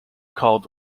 called